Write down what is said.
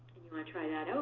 and you want to try that out,